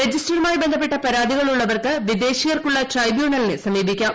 രജിസ്റ്ററുമായി ബന്ധപ്പെട്ട പരാതികൾ ഉള്ളവർക്ക് വിദേശിയർക്കുള്ള് ട്രൈബ്യൂണലിനെ സമീപിക്കാം